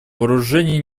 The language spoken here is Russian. вооружения